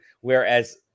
whereas